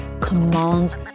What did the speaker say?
commands